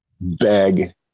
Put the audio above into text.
beg